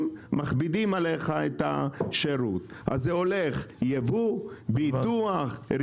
לבדוק את האוטו - רק על זה הוא לוקח 5,000